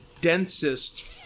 densest